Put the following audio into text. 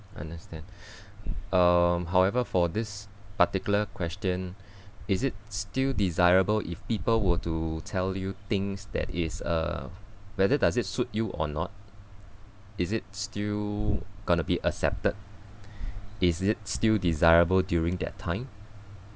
understand um however for this particular question is it still desirable if people were to tell you things that is uh whether does it suit you or not is it still going be accepted is it still desirable during that time